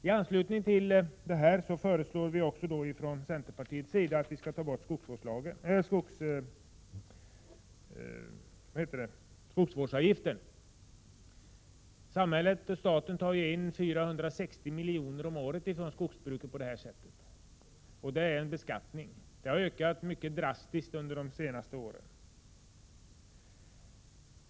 Tanslutning till dessa frågor föreslår vi från centerpartiets sida att man skall ta bort skogsvårdsavgiften. Samhället, staten, tar in 460 miljoner om året från skogsbruket genom dessa avgifter. Detta är en beskattning. Den har ökat drastiskt under de senaste åren.